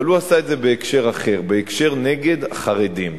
אבל הוא עשה את זה בהקשר אחר, בהקשר נגד החרדים.